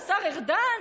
השר ארדן?